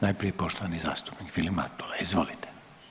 Najprije poštovani zastupnik Vilim Matula, izvolite.